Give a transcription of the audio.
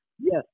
Yes